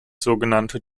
sogenannte